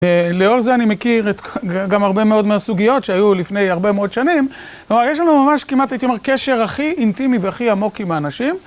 לאור זה אני מכיר גם הרבה מאוד מהסוגיות שהיו לפני הרבה מאוד שנים. כלומר, יש לנו ממש כמעט הייתי אומר, קשר הכי אינטימי והכי עמוק עם האנשים.